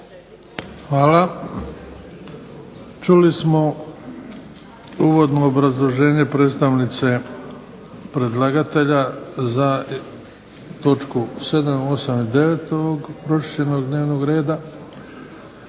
Hvala. Čuli smo uvodno obrazloženje predstavnice predlagatelja za točku 7., 8. i 9. ovog pročišćenog dnevnog reda.